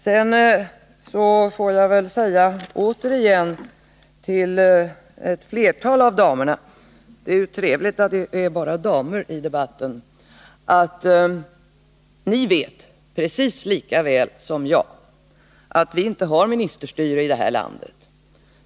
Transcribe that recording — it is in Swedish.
Sedan vill jag återigen säga till ett flertal av damerna — det är trevligt att det är bara damer i debatten — att ni vet precis lika väl som jag att vi inte har ministerstyre i det här landet.